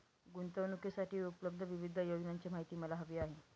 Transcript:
गुंतवणूकीसाठी उपलब्ध विविध योजनांची माहिती मला हवी आहे